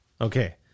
Okay